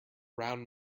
round